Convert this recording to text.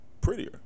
prettier